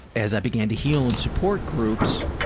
as i began to heal in support groups,